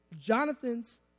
Jonathans